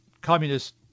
communist